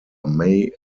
may